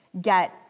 get